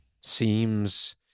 seems